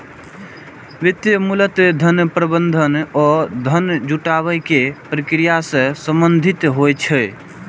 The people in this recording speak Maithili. वित्त मूलतः धन प्रबंधन आ धन जुटाबै के प्रक्रिया सं संबंधित होइ छै